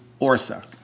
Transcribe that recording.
ORSA